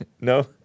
No